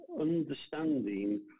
understanding